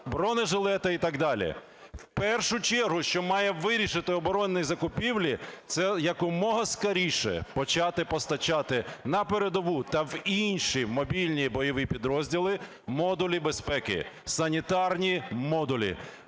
бронежилети і так далі. В першу чергу, що мають вирішити оборонні закупівлі, це якомога скоріше почати постачати на передову та в інші мобільні бойові підрозділи модулі безпеки, санітарні модулі.